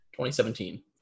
2017